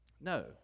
No